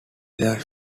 their